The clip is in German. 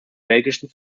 belgischen